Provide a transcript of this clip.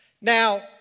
Now